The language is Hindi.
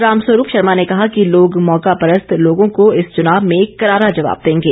रामस्वरूप शर्मा ने कहा कि लोग मौका परस्त लोगों को इस चुनाव में करारा जवाब देंगे